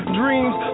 dreams